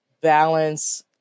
balance